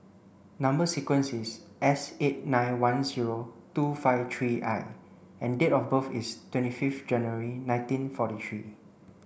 number sequence is S eight nine one zero two five three I and date of birth is twenty fifth January nineteen forty three